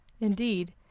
Indeed